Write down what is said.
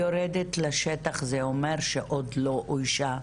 כשאת אומרת יורדת לשטח זה אומר שעוד לא אוישה,